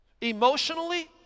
Emotionally